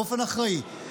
באופן אחראי,